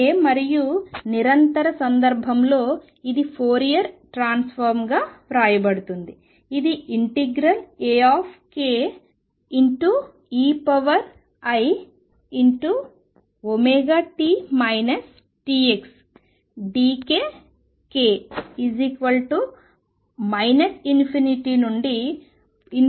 K మరియు నిరంతర సందర్భంలో ఇది ఫోరియర్ ట్రాన్స్ఫార్మ్ గా వ్రాయబడుతుంది ఇది integral A eiωt kx d k k minus ∞ నుండి ∞ వరకు ఉంటుంది